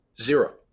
Zero